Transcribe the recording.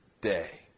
day